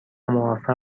موفق